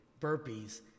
burpees